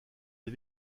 des